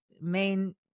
main